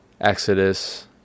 Exodus